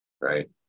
right